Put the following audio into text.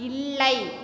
இல்லை